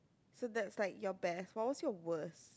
so that's like your best what was your worst